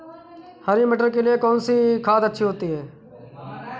हरी मटर के लिए कौन सी खाद अच्छी होती है?